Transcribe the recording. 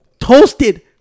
toasted